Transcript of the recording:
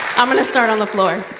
i'm going to start on the floor.